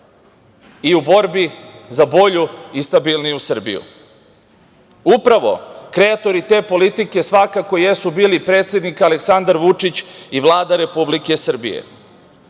i u borbi za bolju i stabilniju Srbiju. Upravo kreatori te politike svakako jesu bili predsednik Aleksandar Vučić i Vlada Republike Srbije.